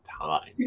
time